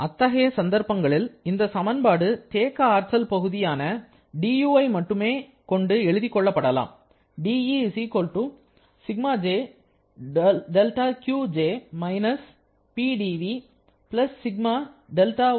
அத்தகைய சந்தர்ப்பங்களில் இந்த சமன்பாடு தேக்க ஆற்றல் பகுதி ஆன dUஐ மட்டுமே கொண்டு எழுதிக் கொள்ள படலாம்